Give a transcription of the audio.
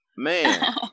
Man